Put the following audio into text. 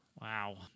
Wow